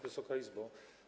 Wysoka Izbo!